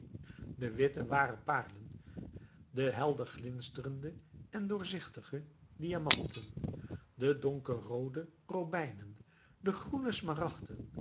de witte waren parelen de helglinsterende en doorzichtige diamanten de donkerroode robijnen de groene